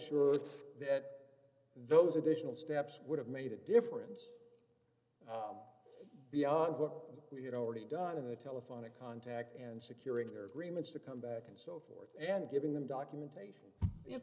sure that those additional steps would have made a difference beyond what we had already done in the telephonic contact and securing their agreements to come back and so forth and giving them documentation i